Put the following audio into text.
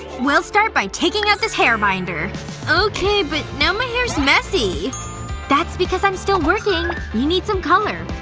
we'll start by taking out this hair binder okay but now my hair is messy that's because i'm still working. you need some color